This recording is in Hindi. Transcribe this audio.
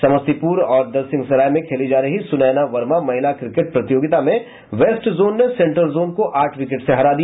समस्तीपुर और दलसिंहसराय में खेली जा रही सुनैना वर्मा महिला क्रिकेट प्रतियोगिता में वेस्ट जोन ने सेंट्रल जोन को आठ विकेट से हरा दिया